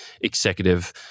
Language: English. executive